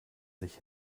sich